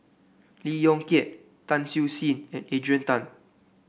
Lee Yong Kiat Tan Siew Sin and Adrian Tan